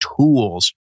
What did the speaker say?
tools